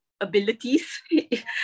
abilities